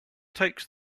takes